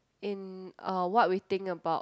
in uh what we think about